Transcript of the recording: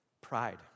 Pride